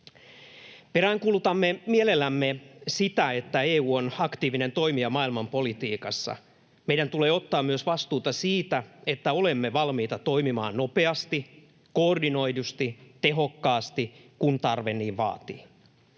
Peräänkuulutamme mielellämme sitä, että EU on aktiivinen toimija maailmanpolitiikassa. Meidän tulee ottaa myös vastuuta siitä, että olemme valmiita toimimaan nopeasti, koordinoidusti ja tehokkaasti, kun tarve niin vaatii.